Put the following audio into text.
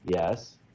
Yes